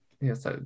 Yes